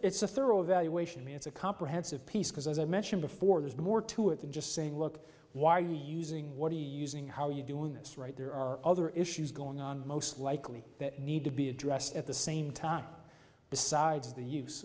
it's a thorough evaluation it's a comprehensive piece because as i mentioned before there's more to it than just saying look why are you using what he using how you doing this right there are other issues going on most likely that need to be addressed at the same time besides the use